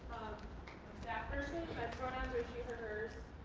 staff person. my pronouns are she her hers.